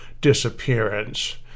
disappearance